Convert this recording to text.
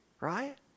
Right